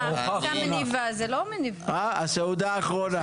הסעודה האחרונה.